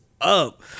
up